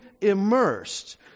immersed